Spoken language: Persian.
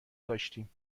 کاشتیم